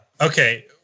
okay